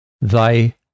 thy